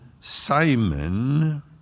Simon